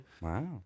Wow